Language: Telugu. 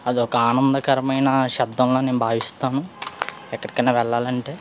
అది ఒక ఆనందకరమైన శబ్దంలాగా నేను భావిస్తాను ఎక్కడికైనా వెళ్ళాలి అంటే